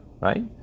Right